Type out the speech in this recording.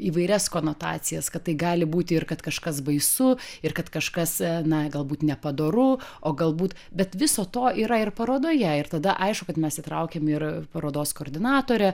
įvairias konotacijas kad tai gali būti ir kad kažkas baisu ir kad kažkas na galbūt nepadoru o galbūt bet viso to yra ir parodoje ir tada aišku kad mes įtraukėm ir parodos koordinatorę